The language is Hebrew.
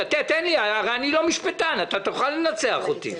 הרי אני לא משפטן, אתה תוכל לנצח אותי.